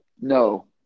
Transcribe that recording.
No